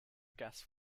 gas